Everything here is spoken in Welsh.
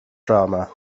drama